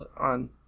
on